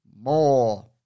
more